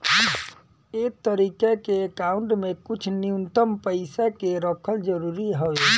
ए तरीका के अकाउंट में कुछ न्यूनतम पइसा के रखल जरूरी हवे